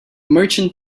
merchant